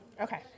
Okay